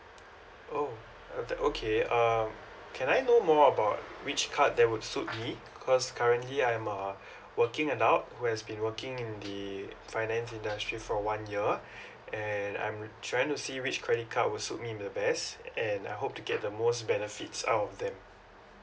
oh uh the okay um can I know more about which card that would suit me cause currently I'm a working adult who has been working in the finance industry for one year and I'm trying to see which credit card will suit me the best and I hope to get the most benefits out of them